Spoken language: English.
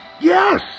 yes